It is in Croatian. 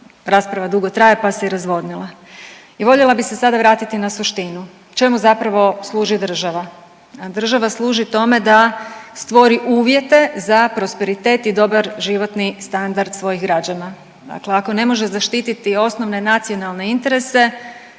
rasprava dugo traje pa se i razvodnila. I voljela bi se sada vratiti na suštinu. Čemu zapravo služi država? Država služi tome da stvori uvjete za prosperitet i dobar životni standard svojih građana. Dakle, ako ne može zaštiti osnovne nacionalne interese